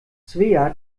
svea